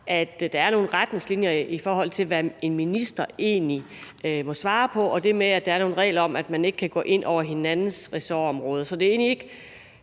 at der er nogle retningslinjer, i forhold til hvad en minister egentlig må svare på, og at der er nogle regler om, at man ikke kan gå ind over hinandens ressortområder. Jeg skal ikke